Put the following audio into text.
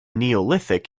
neolithic